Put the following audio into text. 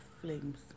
flames